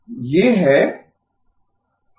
ये है